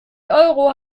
euro